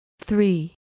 three